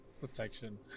protection